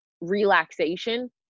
relaxation